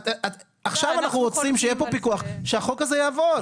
עכשיו אנחנו רוצים שיהיה פיקוח, שהחוק הזה יעבוד.